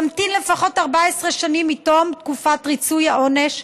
תמתין לפחות 14 שנים מתום תקופת ריצוי העונש,